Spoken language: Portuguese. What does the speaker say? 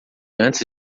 antes